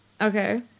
Okay